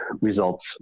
results